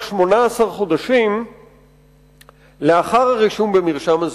18 חודשים לאחר הרישום במרשם הזוגיות.